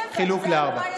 חילוק ל-7, רצו חילוק ל-4.